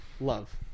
love